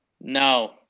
No